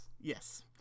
Yes